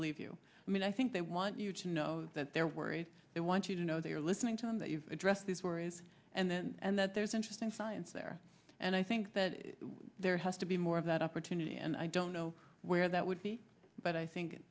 believe you i mean i think they want you to know that they're worried they want you to know they're listening to them that you address these worries and that there's interesting science there and i think that there has to be more of that opportunity and i don't know where that would be but i think